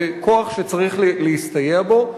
זה כוח שצריך להסתייע בו.